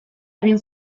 egin